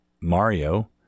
Mario